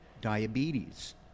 diabetes